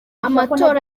amatora